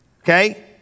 Okay